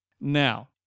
Now